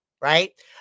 Right